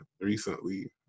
recently